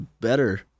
better